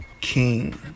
King